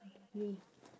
red